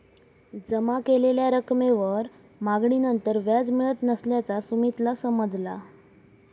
जमा केलेल्या रकमेवर मागणीनंतर व्याज मिळत नसल्याचा सुमीतला समजला